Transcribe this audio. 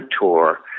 tour